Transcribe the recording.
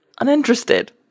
Uninterested